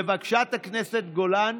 לבקשת חברת הכנסת גולן,